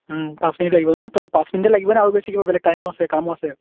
পাঁচ মিনিট লাগিব ন ত' পাঁচ মিনিটে লাগিব নে আৰু বেছি কিবা বেলেগ টাইমো আছে কামো আছে